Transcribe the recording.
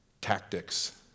tactics